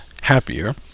happier